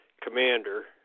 commander